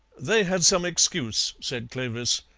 they had some excuse, said clovis.